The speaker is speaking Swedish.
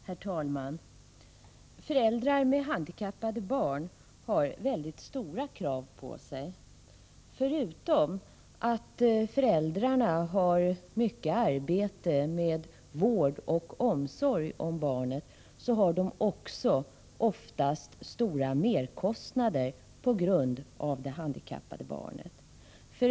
Herr talman! Föräldrar med handikappade barn har mycket stora krav på sig. Förutom att de har mycket arbete med vård och omsorg har de också oftast stora merkostnader på grund av det handikappade barnet.